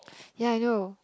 ya I know